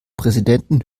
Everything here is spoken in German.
präsidenten